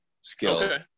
skills